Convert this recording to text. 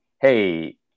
hey